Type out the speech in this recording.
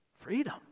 Freedom